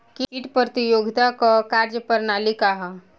कीट प्रतिरोधकता क कार्य प्रणाली का ह?